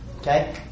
Okay